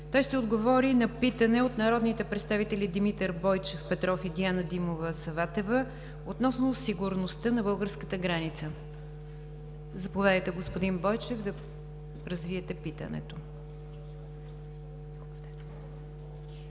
Той ще отговори на питане от народните представители Димитър Бойчев Петров и Диана Димова Саватева относно сигурността на българската граница. Заповядайте, господин Бойчев, да развиете питането.